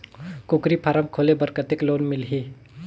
कूकरी फारम खोले बर कतेक लोन मिलही?